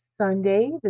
Sunday